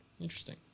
Interesting